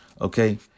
Okay